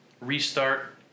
restart